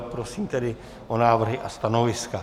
Prosím tedy o návrhy a stanoviska.